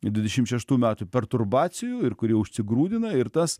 dvidešim šeštų metų perturbacijų ir kuri užsigrūdina ir tas